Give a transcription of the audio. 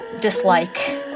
dislike